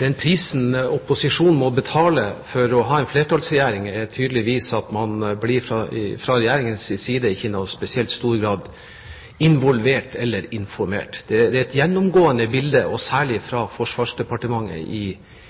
Den prisen opposisjonen må betale for å ha en flertallsregjering, er tydeligvis at man ikke i noen spesielt stor grad blir involvert eller informert fra Regjeringens side. Det er et gjennomgående bilde, og særlig fra Forsvarsdepartementet, i